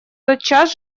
тотчас